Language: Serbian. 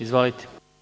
Izvolite.